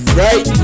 right